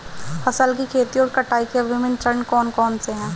फसल की खेती और कटाई के विभिन्न चरण कौन कौनसे हैं?